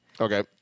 Okay